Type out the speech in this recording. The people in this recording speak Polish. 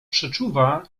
przeczuwa